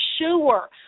sure